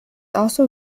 also